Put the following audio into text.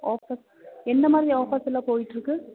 offers எந்த மாதிரி offers எல்லாம் போயிட்ருக்குது